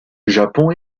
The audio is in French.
japon